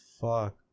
fuck